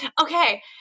Okay